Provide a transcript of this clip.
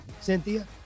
Cynthia